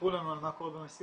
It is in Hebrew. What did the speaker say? סיפרו לנו על מה קורה במסיבות,